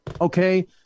okay